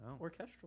Orchestral